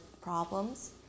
problems